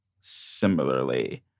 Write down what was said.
similarly